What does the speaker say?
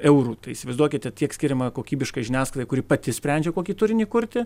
eurų tai įsivaizduokite tiek skiriama kokybiškai žiniasklaidai kuri pati sprendžia kokį turinį kurti